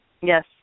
Yes